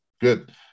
Good